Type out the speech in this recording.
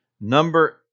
Number